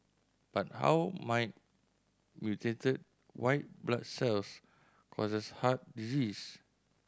but how might mutated white blood cells causes heart disease